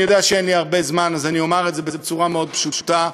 אני יודע שאין לי הרבה זמן אז אני אומר את זה בצורה מאוד פשוטה: